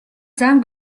зам